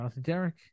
derek